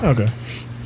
Okay